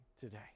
today